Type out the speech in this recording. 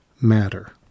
matter